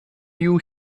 you